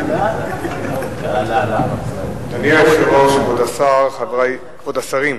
אדוני היושב-ראש, כבוד השרים,